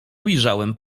ujrzałem